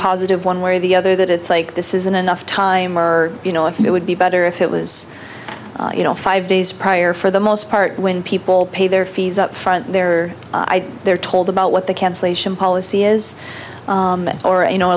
positive one way or the other that it's like this isn't enough time or you know if it would be better if it was you know five days prior for the most part when people pay their fees up front there they're told about what the cancellation policy is or you know